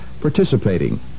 participating